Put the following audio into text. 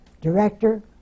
director